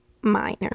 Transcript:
minor